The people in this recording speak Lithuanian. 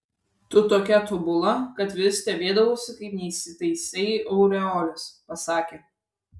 tu tokia tobula kad vis stebėdavausi kaip neįsitaisai aureolės pasakė